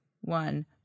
one